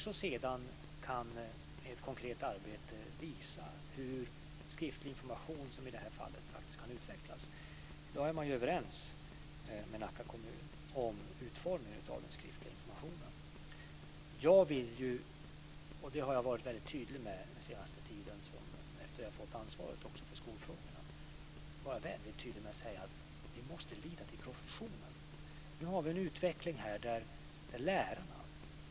Skolverket kan också konkret visa hur skriftlig information kan utvecklas. I dag är man överens med Nacka kommun om utformningen av den skriftliga informationen. Vi måste lita till professionen. Det har jag varit tydlig med efter det att jag har fått ansvaret också för skolfrågorna.